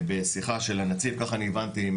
בשיחה של הנציב כך אני הבנתי,